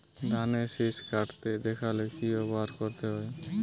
ধানের শিষ কাটতে দেখালে কি ব্যবহার করতে হয়?